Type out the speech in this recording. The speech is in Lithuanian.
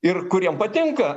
ir kuriem patinka